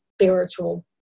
spiritual